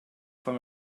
from